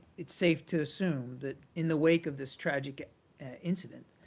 it's safe to assume that in the wake of this tragic incident,